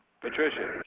Patricia